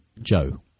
Joe